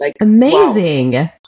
Amazing